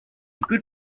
good